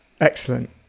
Excellent